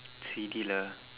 C_D lah